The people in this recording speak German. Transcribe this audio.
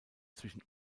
zwischen